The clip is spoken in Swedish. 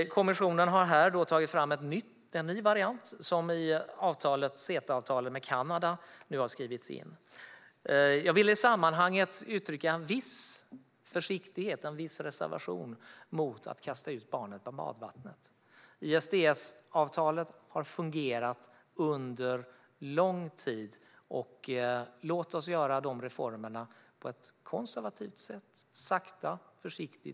Kommissionen har tagit fram en ny variant, som nu har skrivits in i CETA-avtalet med Kanada. Jag vill i sammanhanget uttrycka en viss reservation mot att kasta ut barnet med badvattnet. ISDS-avtalet har fungerat under lång tid. Låt oss genomföra dessa reformer på ett konservativt sätt, sakta och försiktigt.